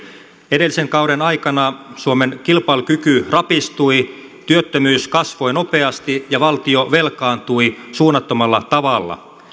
edellisen kauden aikana suomen kilpailukyky rapistui työttömyys kasvoi nopeasti ja valtio velkaantui suunnattomalla tavalla